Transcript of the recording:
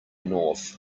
north